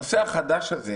הנושא החדש הזה